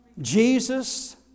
Jesus